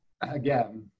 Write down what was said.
again